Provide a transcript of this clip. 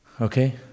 Okay